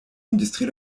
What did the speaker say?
industrie